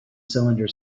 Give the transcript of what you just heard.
cylinder